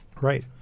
Right